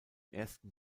ersten